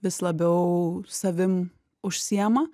vis labiau savim užsiima